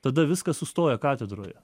tada viskas sustoja katedroje